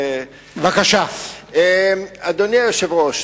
אדוני היושב-ראש.